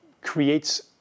creates